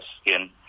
skin